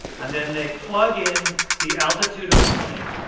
and then they plug in the altitude of the plane,